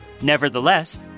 Nevertheless